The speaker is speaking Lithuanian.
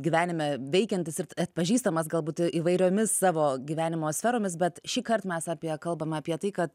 gyvenime veikiantis ir atpažįstamas galbūt įvairiomis savo gyvenimo sferomis bet šįkart mes apie kalbame apie tai kad tam